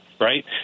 right